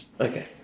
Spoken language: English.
Okay